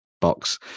box